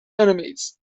enemies